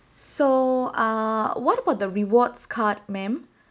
so uh what about the rewards card ma'am